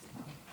תודה רבה,